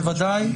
בוודאי.